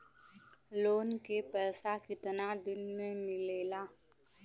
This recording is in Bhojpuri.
लोन के पैसा कितना दिन मे मिलेला?